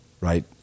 right